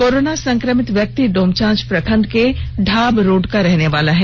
corona संक्रमित व्यक्ति डोमचांच प्रखंड के ढाब रोड का रहने वाला है